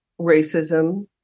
racism